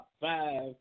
five